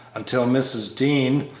until mrs. dean,